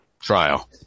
Trial